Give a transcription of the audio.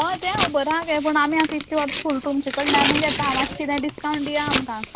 हय तें खबर आहा गे पूण आमी आतां इतलें वर्सां फूल तुमचे कडल्यानूच घेता मातशें कितें डिस्कावंट दिया आमकां